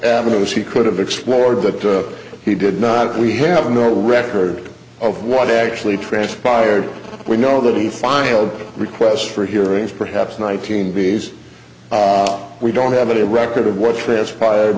avenues he could have explored that he did not we have no record of what actually transpired we know that he filed requests for hearings perhaps nineteen b s we don't have any record of what transpired